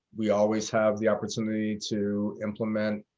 we always have the opportunity to implement